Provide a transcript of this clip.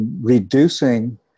reducing